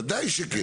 ודאי שכן.